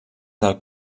del